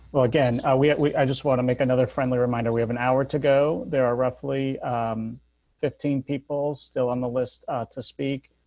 again, we, i just want to make another friendly reminder we have an hour to go there are roughly fifteen people's still on the list to speak.